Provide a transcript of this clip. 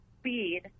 speed